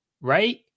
right